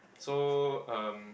so um